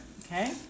Okay